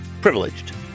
Privileged